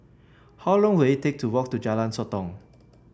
how long will it take to walk to Jalan Sotong